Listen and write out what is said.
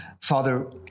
Father